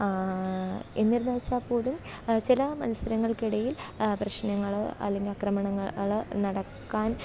എന്നിരുന്നു വച്ചാൽ പോലും ചില മത്സരങ്ങള്ക്ക് ഇടയില് പ്രശ്നങ്ങൾ അല്ലെങ്കില് ആക്രമണ ങ്ങൾ നടക്കാന്